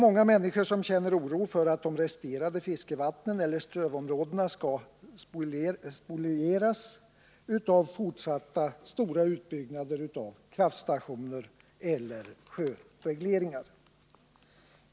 Många människor känner oro för att de resterande fiskevattnen eller strövområdena skall spolieras av fortsatta större utbyggnader av kraftstationer eller av sjöregleringar.